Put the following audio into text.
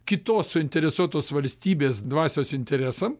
kitos suinteresuotos valstybės dvasios interesam